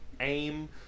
aim